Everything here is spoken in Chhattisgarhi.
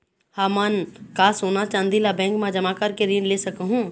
हमन का सोना चांदी ला बैंक मा जमा करके ऋण ले सकहूं?